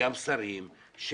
וגם שרים.